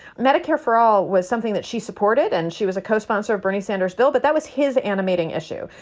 medicare for all was something that she supported. and she was a co-sponsor of bernie sanders, bill. but that was his animating issue.